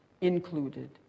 included